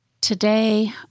today